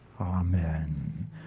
Amen